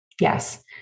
yes